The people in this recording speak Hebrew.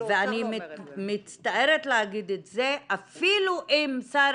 ואני מצטערת להגיד את זה אפילו אם שר